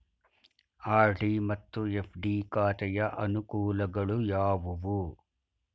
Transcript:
RD ಮತ್ತು FD ಖಾತೆಯ ಅನುಕೂಲಗಳು ಯಾವುವು?